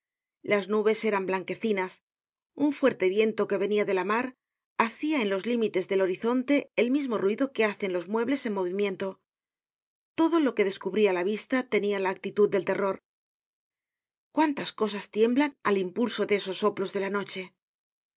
las nubes eran blanquecinas un fuerte viento que venia de la mar hacia en los límites del horizonte el mismo ruido que hacen los muebles en movimiento todo lo que descubria la vista tenia la actitud del terror cuántas cosas tiemblan al impulso de esos soplos de la noche